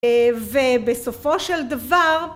ובסופו של דבר...